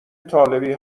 طالبی